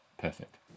perfect